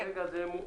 אבל כרגע זה מחודש,